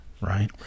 right